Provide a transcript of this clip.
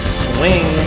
swing